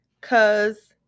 cause